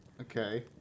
Okay